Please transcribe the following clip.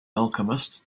alchemist